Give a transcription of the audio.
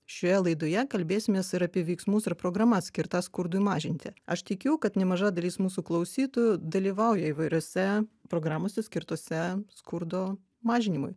šioje laidoje kalbėsimės ir apie veiksmus ir programas skirtas skurdui mažinti aš tikiu kad nemaža dalis mūsų klausytojų dalyvauja įvairiose programose skirtose skurdo mažinimui